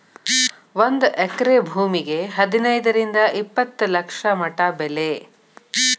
ಒಂದ ಎಕರೆ ಭೂಮಿಗೆ ಹದನೈದರಿಂದ ಇಪ್ಪತ್ತ ಲಕ್ಷ ಮಟಾ ಬೆಲೆ